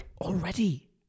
Already